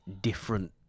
different